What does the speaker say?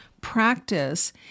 practice